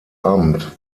amt